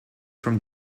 from